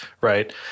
right